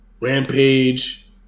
Rampage